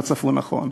לא צפו נכון.